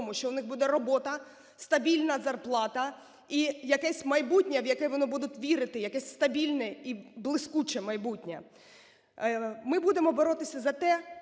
що у них буде робота, стабільна зарплата і якесь майбутнє, в яке вони будуть вірити в якесь стабільне і блискуче майбутнє. Ми будемо боротися за те,